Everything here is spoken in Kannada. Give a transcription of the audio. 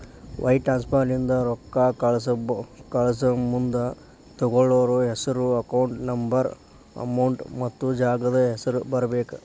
ವೈರ್ ಟ್ರಾನ್ಸ್ಫರ್ ಇಂದ ರೊಕ್ಕಾ ಕಳಸಮುಂದ ತೊಗೋಳ್ಳೋರ್ ಹೆಸ್ರು ಅಕೌಂಟ್ ನಂಬರ್ ಅಮೌಂಟ್ ಮತ್ತ ಜಾಗದ್ ಹೆಸರ ಬರೇಬೇಕ್